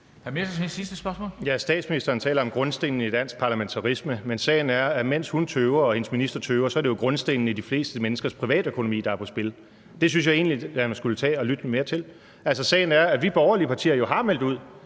Messerschmidt (DF): Ja, statsministeren taler om grundstenene i dansk parlamentarisme, men sagen er, at mens hun tøver og hendes minister tøver, er det jo grundstenene i de fleste menneskers privatøkonomi, der er på spil. Det synes jeg egentlig at man skulle tage og lytte mere til. Altså, sagen er, at vi borgerlige partier jo har meldt ud,